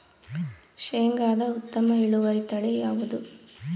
ಶೇಂಗಾದ ಉತ್ತಮ ಇಳುವರಿ ತಳಿ ಯಾವುದು?